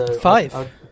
Five